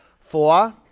Four